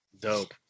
Dope